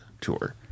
tour